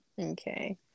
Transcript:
Okay